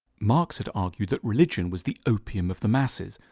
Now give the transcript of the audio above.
marx had argued that religion was the opium of the masses,